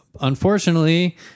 unfortunately